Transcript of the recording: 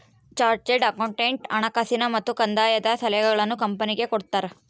chartered accountant ಹಣಕಾಸಿನ ಮತ್ತು ಕಂದಾಯದ ಸಲಹೆಗಳನ್ನು ಕಂಪನಿಗೆ ಕೊಡ್ತಾರ